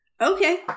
okay